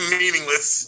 meaningless